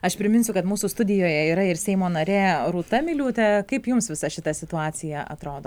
aš priminsiu kad mūsų studijoje yra ir seimo narė rūta miliūtė kaip jums visa šita situacija atrodo